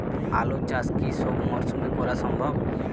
আলু চাষ কি সব মরশুমে করা সম্ভব?